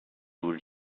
would